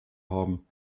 haben